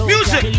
Music